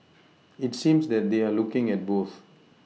it seems that they're looking at both